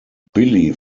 billy